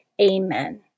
Amen